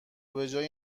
بجای